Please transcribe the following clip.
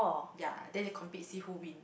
yea then they compete see who win